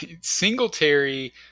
Singletary